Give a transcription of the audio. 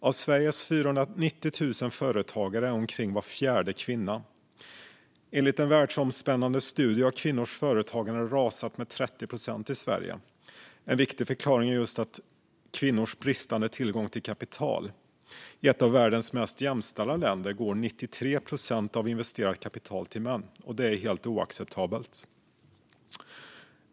Av Sveriges 490 000 företagare är omkring var fjärde kvinna. Enligt en världsomspännande studie har kvinnors företagande rasat med 30 procent i Sverige. En viktig förklaring är just kvinnors bristande tillgång till kapital. I ett av världens mest jämställda länder går 93 procent av investerat kapital till män. Det är helt oacceptabelt.